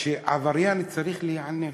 שעבריין צריך להיענש.